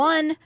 One